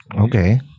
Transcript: Okay